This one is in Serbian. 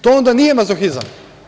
To onda nije mazohizam.